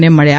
ને મબ્યા